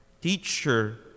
Teacher